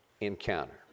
encounter